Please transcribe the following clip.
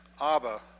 Abba